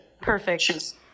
Perfect